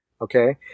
okay